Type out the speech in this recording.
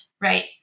Right